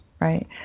Right